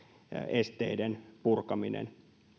esteiden purkaminen